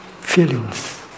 feelings